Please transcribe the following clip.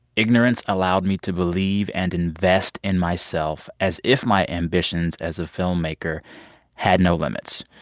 ignorance allowed me to believe and invest in myself as if my ambitions as a filmmaker had no limits.